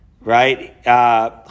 Right